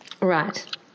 Right